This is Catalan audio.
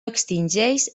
extingeix